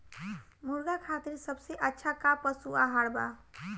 मुर्गा खातिर सबसे अच्छा का पशु आहार बा?